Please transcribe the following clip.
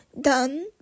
done